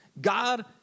God